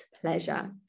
pleasure